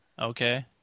Okay